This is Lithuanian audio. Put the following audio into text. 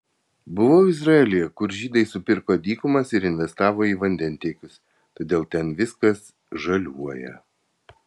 buvau izraelyje kur žydai supirko dykumas ir investavo į vandentiekius todėl ten viskas žaliuoja